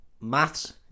maths